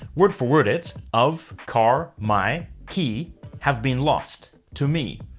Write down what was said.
word for word, it's of car my key have been lost to me.